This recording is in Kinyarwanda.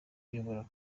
uyobora